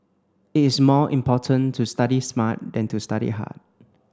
it is more important to study smart than to study hard